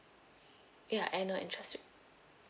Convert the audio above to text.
ya annual interest rate